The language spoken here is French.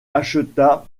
acheta